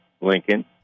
Lincoln